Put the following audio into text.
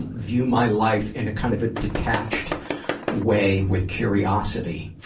and view my life in a kind of a detached way with curiosity,